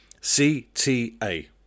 CTA